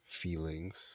feelings